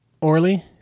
Orly